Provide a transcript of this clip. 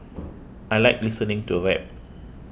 I like listening to rap